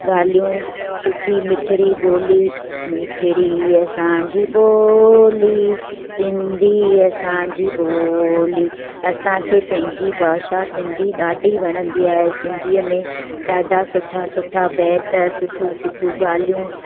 ॻाल्हियूं सुठी मिठिड़ी ॿोली मिठिड़ी असांजी ॿोली सिंधी असांजी ॿोली असांखे पंहिंजी भाषा सिंधी ॾाढी वणंदी आहे सिंधियुनि में ॾाढा सुठा सुठा बैत सुठियूं सुठियूं ॻाल्हियूं